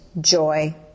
joy